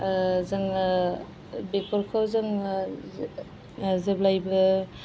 जोंनो बेफोरखौ जोंनो जेब्लाबो